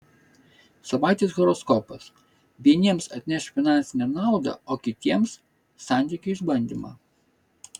savaitės horoskopas vieniems atneš finansinę naudą o kitiems santykių išbandymą